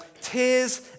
tears